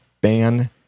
Ban